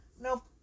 Nope